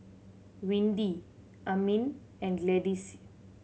Windy Amin and Gladyce